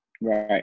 Right